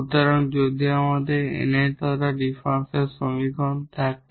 সুতরাং যদি আপনার একটি nth অর্ডার ডিফারেনশিয়াল সমীকরণ থাকে